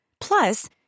Plus